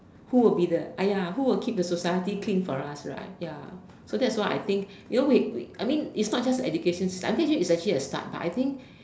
who will be the !aiay! who will keep the society clean for us right ya so that's why I think you know we we I mean it's not just the education system I'm sure yes it's actually a start but I think